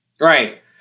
Right